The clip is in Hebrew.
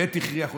איווט הכריח אותך,